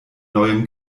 neuem